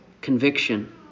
Conviction